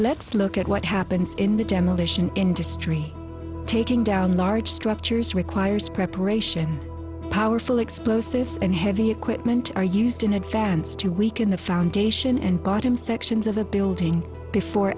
let's look at what happens in the demolition industry taking down large structures requires preparation powerful explosives and heavy equipment are used in advance to weaken the foundation and bottom sections of a building before